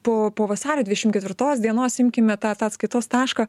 po po vasario dvišim ketvirtos dienos imkime tą tą atskaitos tašką